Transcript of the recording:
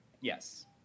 Yes